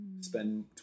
spend